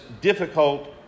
difficult